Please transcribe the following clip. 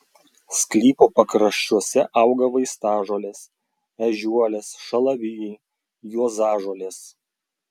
sklypo pakraščiuose auga vaistažolės ežiuolės šalavijai juozažolės